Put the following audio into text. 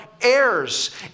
heirs